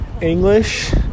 English